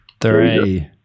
Three